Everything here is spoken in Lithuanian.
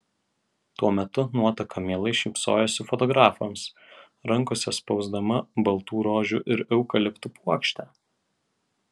tuo metu nuotaka mielai šypsojosi fotografams rankose spausdama baltų rožių ir eukaliptų puokštę